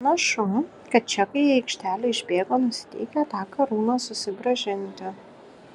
panašu kad čekai į aikštelę išbėgo nusiteikę tą karūną susigrąžinti